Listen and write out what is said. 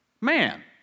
man